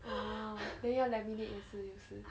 and then 要 laminate 也是也是